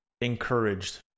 encouraged